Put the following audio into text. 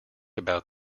about